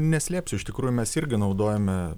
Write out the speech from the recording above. neslėpsiu iš tikrųjų mes irgi naudojame